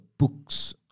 Books